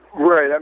Right